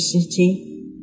city